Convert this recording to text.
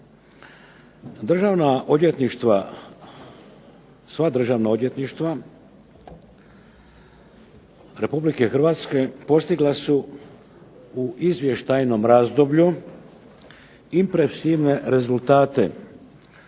Državna odvjetništva, sva državna odvjetništva Republike Hrvatske postigla su u izvještajnom razdoblju impresivne rezultate,